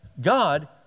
God